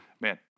man